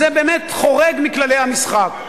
זה באמת חורג מכללי המשחק?